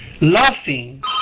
Laughing